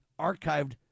archived